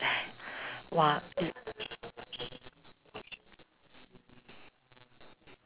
!wah! is